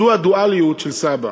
זו הדואליות של סבא.